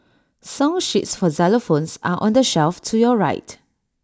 song sheets for xylophones are on the shelf to your right